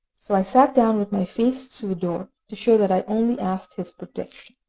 so i sat down, with my face to the door, to show that i only asked his protection.